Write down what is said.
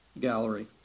gallery